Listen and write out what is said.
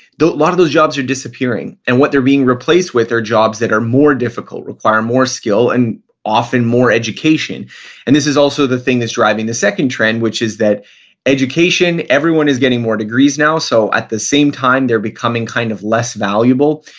lot of those jobs are disappearing. and what they're being replaced with are jobs that are more difficult, require more skill and often more education and this is also the thing that's driving the second trend, which is that education, everyone is getting more degrees now, so at the same time they're becoming kind of less valuable.